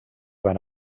van